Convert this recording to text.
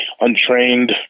untrained